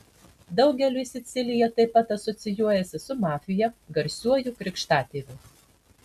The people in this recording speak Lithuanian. daugeliui sicilija taip pat asocijuojasi su mafija garsiuoju krikštatėviu